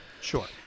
Sure